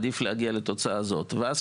ואז,